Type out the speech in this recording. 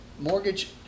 mortgage